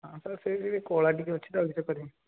ହଁ ସାର୍ ସେଇ ଟିକିଏ କଳା ଟିକିଏ ଅଛି ତ ଆଉ କିସ କରିମି